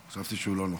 חשבתי שהוא לא נוכח.